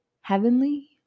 heavenly